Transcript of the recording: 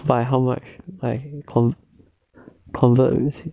by how much like con~ convert